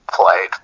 played